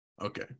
Okay